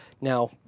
Now